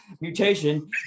mutation